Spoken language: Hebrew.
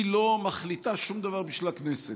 היא לא מחליטה שום דבר בשביל הכנסת.